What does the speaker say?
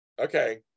okay